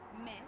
Miss